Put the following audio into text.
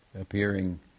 appearing